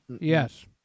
Yes